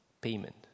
payment